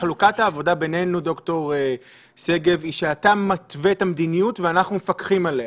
חלוקת העבודה בינינו היא שאתה מתווה את המדיניות ואנחנו מפקחים עליה.